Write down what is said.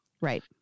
right